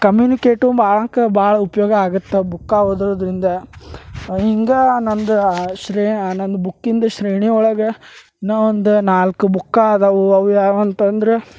communicate ಮಾಡಕ ಭಾಳ ಉಪಯೋಗ ಆಗತ್ತೆ ಬುಕ್ಕಾ ಓದೋದರಿಂದ ಹಿಂಗೆ ನಂದು ಶ್ರೇ ನಂದು ಬುಕ್ಕಿಂದ ಶ್ರೇಣಿ ಒಳಗೆ ನಾ ಒಂದು ನಾಲ್ಕು ಬುಕ್ಕ ಅದಾವು ಅವು ಯಾವ ಅಂತಂದರೆ